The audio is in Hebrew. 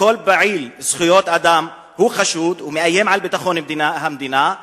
וכל פעיל זכויות אדם הוא חשוד ומאיים על ביטחון המדינה.